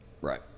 right